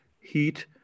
heat